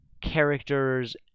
characters